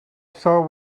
saw